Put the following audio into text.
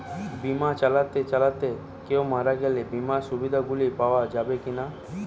বিমা চালাতে চালাতে কেও মারা গেলে বিমার সুবিধা গুলি পাওয়া যাবে কি না?